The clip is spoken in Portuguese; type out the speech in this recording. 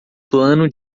plano